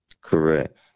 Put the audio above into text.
Correct